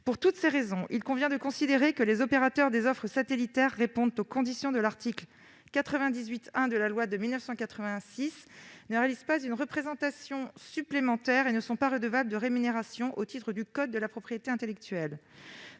Pour toutes ces raisons, il convient de considérer que les opérateurs des offres satellitaires répondant aux conditions de l'article 98-1 de la loi de 1986 ne réalisent pas une représentation supplémentaire et ne sont pas redevables de rémunérations au titre du code de la propriété intellectuelle.